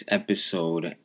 episode